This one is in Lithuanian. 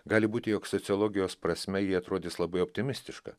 gali būti jog sociologijos prasme ji atrodys labai optimistiška